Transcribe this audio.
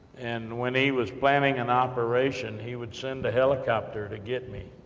and when he was planning an operation, he would send a helicopter to get me,